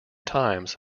times